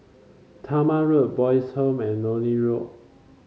Talma Road Boys' Home and Lornie Road